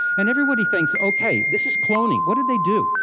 and everybody thinks, okay, this is cloning, what did they do?